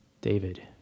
David